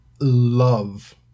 love